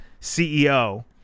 CEO